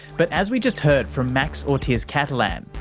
but as we just heard from max ortiz-catalan,